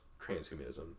transhumanism